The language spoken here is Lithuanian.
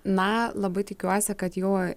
na labai tikiuosi kad jau